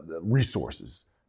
resources